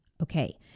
Okay